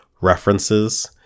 references